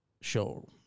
show